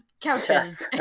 couches